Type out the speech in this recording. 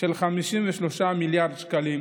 של 53 מיליארד שקלים